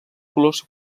colors